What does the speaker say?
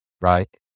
right